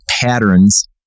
patterns